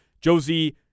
Josie